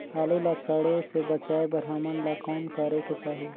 आलू ला सड़े से बचाये बर हमन ला कौन करेके चाही?